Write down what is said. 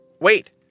Wait